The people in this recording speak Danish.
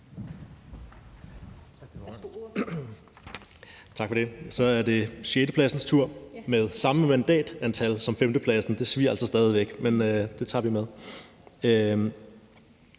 Tak for det. Så er det sjettepladsens tur med det samme mandatantal som femtepladsen. Det svier altså stadig væk, men det tager vi med.